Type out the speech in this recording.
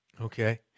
Okay